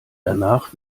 danach